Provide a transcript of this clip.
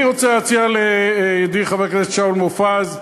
אני רוצה להציע לידידי חבר הכנסת שאול מופז,